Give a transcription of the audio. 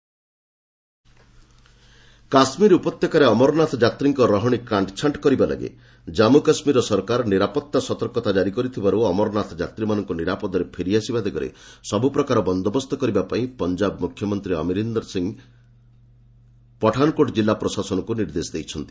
Punjab alert Kashmir ଉପତ୍ୟକାରେ ଅମରନାଥ ଯାତ୍ରୀଙ୍କ ରହଣୀ କାଣ୍ଟଛାଣ୍ଟ କରିବା ଲାଗି କାଞ୍ଗୁ କାଶୁୀର ସରକାର ନିରାପତ୍ତା ସତର୍କତା ଜାରୀ କରିଥିବାର୍ତ ଅମରନାଥ ଯାତ୍ରୀମାନଙ୍କୁ ନିରାପଦରେ ଫେରିଆସିବା ଦିଗରେ ସବ୍ର ପ୍ରକାରର ବନ୍ଦୋବସ୍ତ କରିବା ପାଇଁ ପଞ୍ଜାବ ମୁଖ୍ୟମନ୍ତ୍ରୀ ଅମରିନ୍ଦର ସିଂହ ପଠାନ୍କୋଟ୍ ଜିଲ୍ଲା ପ୍ରଶାସନକୁ ନିର୍ଦ୍ଦେଶ ଦେଇଛନ୍ତି